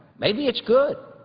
maybe it's good.